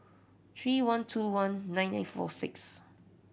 three one two one nine nine four six